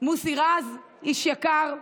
מוסי רז, איש יקר,